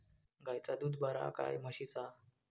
गायचा दूध बरा काय म्हशीचा?